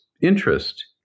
interest